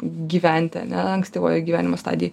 gyventi ane ankstyvojoj gyvenimo stadijoj